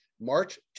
March